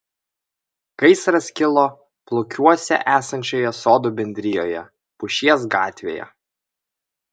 gaisras kilo plukiuose esančioje sodų bendrijoje pušies gatvėje